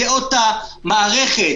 זו אותה מערכת